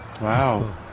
Wow